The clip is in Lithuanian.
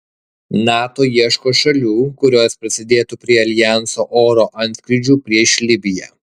nato ieško šalių kurios prisidėtų prie aljanso oro antskrydžių prieš libiją